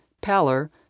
pallor